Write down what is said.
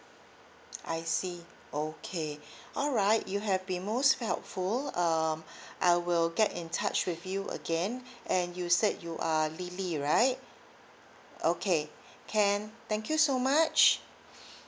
I see okay alright you have been most helpful um I will get in touch with you again and you said you are lily right okay can thank you so much